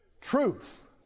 Truth